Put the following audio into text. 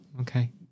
Okay